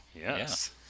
yes